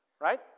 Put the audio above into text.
Right